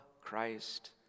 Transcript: Christ